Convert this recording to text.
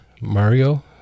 Mario